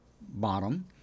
bottom